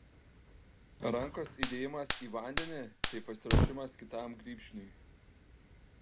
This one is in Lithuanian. rankos įdėjimas į vandenį tai pasiruošimas kitam grybšniui